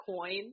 coin